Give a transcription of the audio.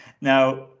Now